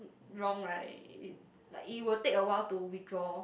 wrong right like it will a while to withdraw